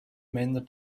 männer